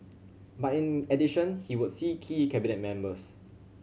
but in addition he would see key Cabinet members